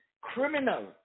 criminal